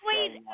Wait